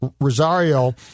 Rosario